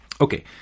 Okay